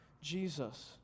Jesus